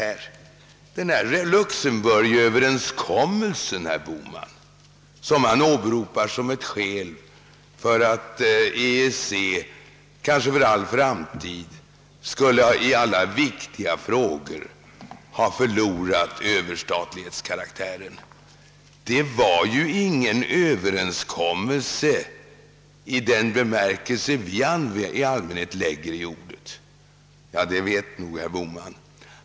Herr Bohman åberopar Luxemburgöverenskommelsen, som skulle innebära att EEC kanske för all framtid förlorat överstatlighetskaraktären i alla viktiga frågor. Herr Bohman vet nog att det inte var någon överenskommelse i den bemärkelse vi i allmänhet inlägger i ordet.